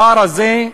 הפער הזה,